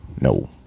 No